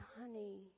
honey